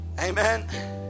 Amen